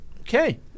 Okay